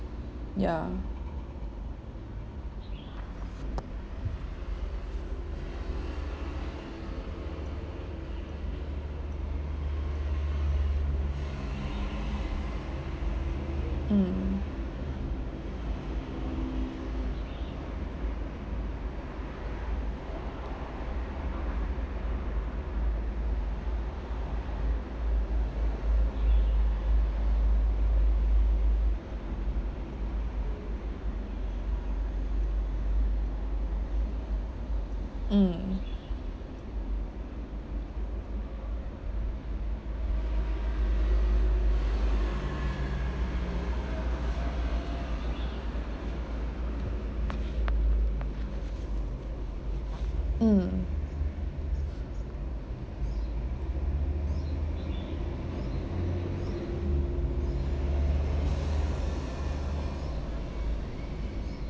ya mm mm mm